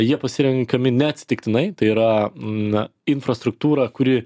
jie pasirenkami neatsitiktinai tai yra na infrastruktūra kuri